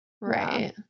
right